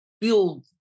build